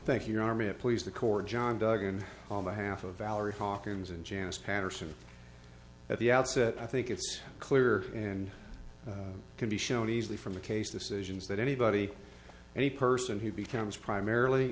thank you arm it please the court john dugan on behalf of valerie hawkins and janice patterson at the outset i think it's clear and can be shown easily from the case decisions that anybody any person who becomes primarily